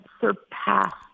surpassed